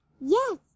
Yes